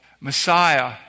Messiah